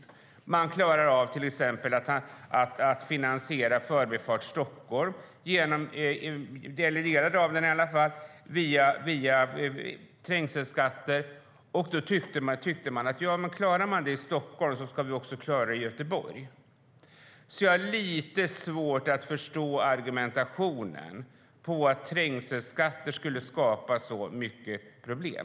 Man klarar av att finansiera till exempel Förbifart Stockholm, i alla fall delar av den, via trängselskatter. Om man klarar detta i Stockholm tyckte man i Göteborg att man också skulle klara det. Jag har därför lite svårt att förstå argumentationen om att trängselskatter skulle skapa så mycket problem.